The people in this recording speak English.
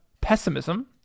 pessimism